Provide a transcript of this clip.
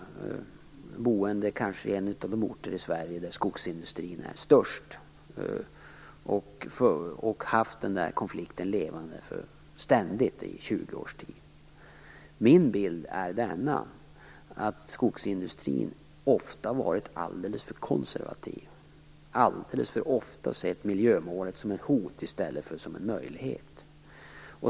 Eftersom jag bor på en av de orter i Sverige där skogsindustrin kanske är störst har jag haft den konflikten ständigt levande i 20 års tid. Min bild är att skogsindustrin ofta varit alldeles för konservativ, alldeles för ofta har sett miljömålet som ett hot i stället för som en möjlighet.